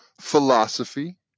philosophy